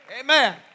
Amen